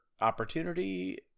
opportunity